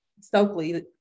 Stokely